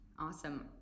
Awesome